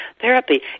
therapy